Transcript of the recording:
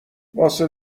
واسه